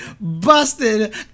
busted